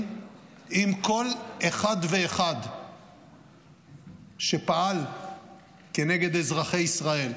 עם כל אחד ואחד שפעל כנגד אזרחי ישראל,